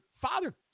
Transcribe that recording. father